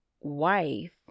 wife